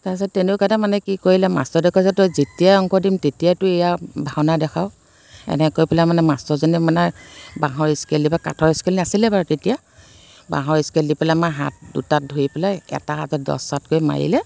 তাৰপাছত তেনেকুৱাতে মানে কি কৰিলে মাষ্টৰটোৱে কৈছে তই যেতিয়াই অংক দিম তেতিয়াই তোৰ এয়া ভাওনা দেখাৱ এনেকৈ কৈ পেলাই মানে মাষ্টৰজনে মানে বাঁহৰ ইস্কেল দি বা কাঠৰ ইস্কেল নাছিলে বাৰু তেতিয়া বাঁহৰ ইস্কেল দি পেলাই মাৰ হাত দুটাত ধৰি পেলাই এটা হাতত দহ চাটকৈ মাৰিলে